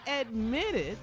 admitted